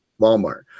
Walmart